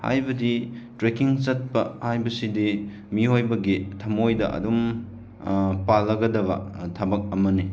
ꯍꯥꯏꯕꯗꯤ ꯇ꯭ꯔꯦꯛꯀꯤꯡ ꯆꯠꯄ ꯍꯥꯏꯕꯁꯤꯗꯤ ꯃꯤꯑꯣꯏꯕꯒꯤ ꯊꯝꯃꯣꯏꯗ ꯑꯗꯨꯝ ꯄꯥꯜꯂꯒꯗꯕ ꯊꯕꯛ ꯑꯃꯅꯤ